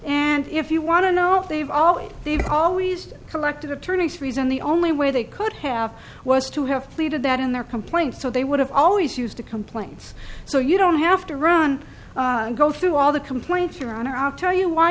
and if you want to know they've always they've always collected attorneys fees and the only way they could have was to have pleaded that in their complaint so they would have always used to complaints so you don't have to run go through all the complaints your honor i'll tell you why